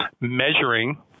measuring